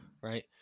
right